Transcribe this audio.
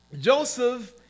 Joseph